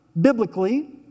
biblically